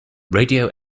radio